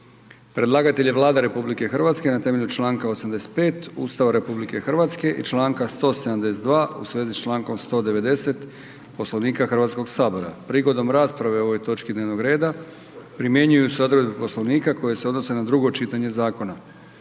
Predlagatelj je Vlada RH na temelju članka 85. Ustava RH i članka 172. Poslovnika Hrvatskog sabora. Prigodom rasprave o ovoj točki dnevnog reda primjenjuju se odredbe Poslovnika koje se odnose na prvo čitanje zakona.